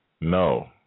no